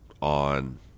on